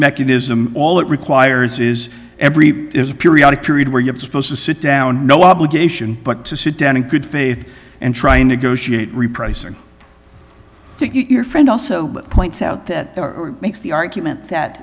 mechanism all it requires is every periodic period where you're supposed to sit down no obligation but to sit down in good faith and try and negotiate repricing your friend also points out that makes the argument that